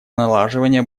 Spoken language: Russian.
налаживание